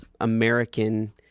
American